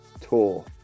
tour